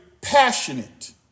passionate